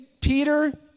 Peter